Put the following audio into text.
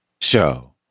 Show